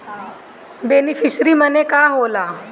Beneficiary मने का होला?